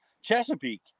Chesapeake